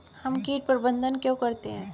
हम कीट प्रबंधन क्यों करते हैं?